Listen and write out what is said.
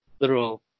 literal